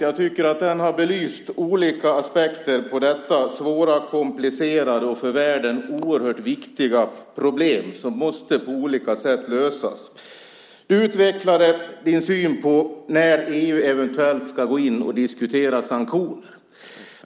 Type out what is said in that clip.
Jag tycker att den har belyst olika aspekter på detta svåra, komplicerade och för världen oerhört viktiga problem som på olika sätt måste lösas. Utrikesministern utvecklade sin syn på när EU eventuellt ska gå in och diskutera sanktioner.